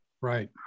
Right